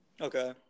Okay